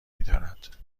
میدارد